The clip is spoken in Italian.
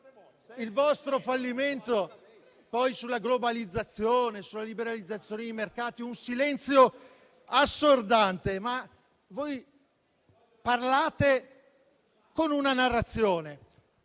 sul vostro fallimento, poi, sulla globalizzazione e sulla liberalizzazione dei mercati, c'è stato un silenzio assordante, ma voi parlate con una narrazione